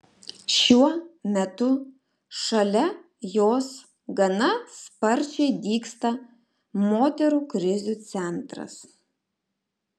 šiuo metu šalia jos gana sparčiai dygsta moterų krizių centras